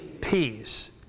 peace